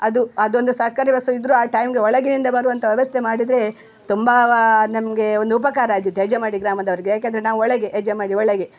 ಅದು ಅದೊಂದು ಸರ್ಕಾರ ವ್ಯವಸ್ಥೆದು ಇದ್ದರು ಆ ಟೈಮಿಗೆ ಒಳಗಿನಿಂದ ಬರುವಂತ ವ್ಯವಸ್ಥೆ ಮಾಡಿದರೆ ತುಂಬ ನಮಗೆ ಒಂದು ಉಪಕಾರ ಆಗುತ್ತೆ ಹೆಜಮಾಡಿ ಗ್ರಾಮದವ್ರಿಗೆ ಏಕೆಂದರೆ ನಾವು ಒಳಗೆ ಹೆಜಮಾಡಿ ಒಳಗೆ